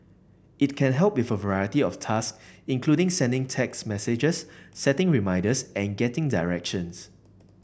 it can help with a variety of task including sending text messages setting reminders and getting directions